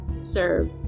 serve